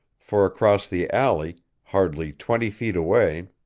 for across the alley, hardly twenty feet away,